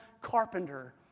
carpenter